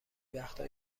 وقتا